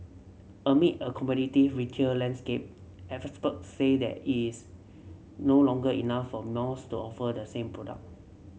amid a competitive retail landscape say that it's no longer enough for malls to offer the same product